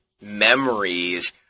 memories